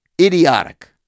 Idiotic